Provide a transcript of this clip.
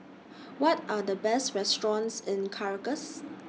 What Are The Best restaurants in Caracas